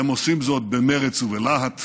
והם עושים זאת במרץ ובלהט.